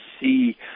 see